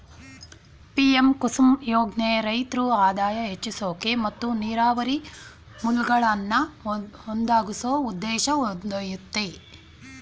PM Kusum ಯೋಜ್ನೆ ರೈತ್ರ ಆದಾಯ ಹೆಚ್ಸೋಕೆ ಮತ್ತು ನೀರಾವರಿ ಮೂಲ್ಗಳನ್ನಾ ಒದಗ್ಸೋ ಉದ್ದೇಶ ಹೊಂದಯ್ತೆ